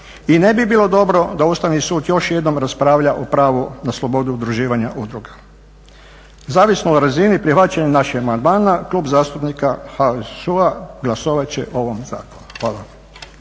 i ne bi bilo dobro da Ustavni sud još jednom raspravlja o pravu na slobodu udruživanja udruga. Zavisno o razini prihvaćanja naših amandmana Klub zastupnika HSU-a glasovat će o ovom zakonu. Hvala.